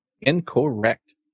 Incorrect